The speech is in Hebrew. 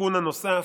התיקון הנוסף,